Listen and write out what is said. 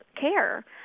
care